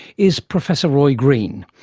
is professor roy green.